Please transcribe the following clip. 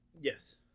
Yes